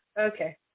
Okay